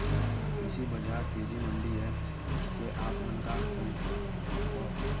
कृषि बजार तेजी मंडी एप्प से आप मन का समझथव?